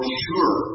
sure